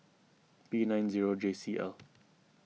P nine zero J C L